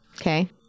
Okay